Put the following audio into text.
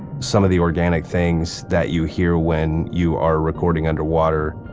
some of the organic things that you hear when you are recording underwater,